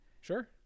Sure